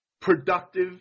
productive